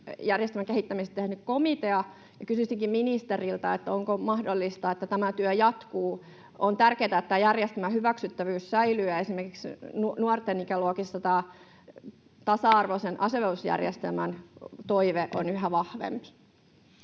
kehittämisessä, ja kysyisinkin ministeriltä: onko mahdollista, että tämä työ jatkuu? On tärkeätä, että tämän järjestelmän hyväksyttävyys säilyy, ja esimerkiksi nuorten ikäluokissa tasa-arvoisen asevelvollisuusjärjestelmän toive on yhä vahvempi.